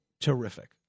terrific